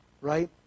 right